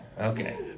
Okay